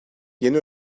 yeni